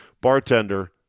bartender